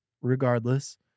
regardless